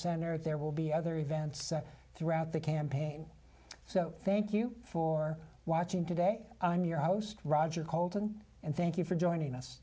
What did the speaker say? center there will be other events throughout the campaign so thank you for watching today i'm your host roger colton and thank you for joining us